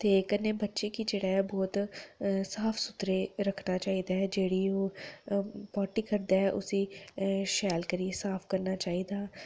ते कन्नै बच्चे गी जेह्ड़ा ऐ बहुत गै साफ सुथरा रक्खना चाहिदा ऐ जेह्ड़ी ओह् पोटी करदा ऐ उसी शैल करियै साफ करना चाहिदा